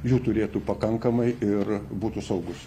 jų turėtų pakankamai ir būtų saugūs